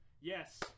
Yes